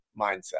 Mindset